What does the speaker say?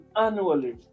annually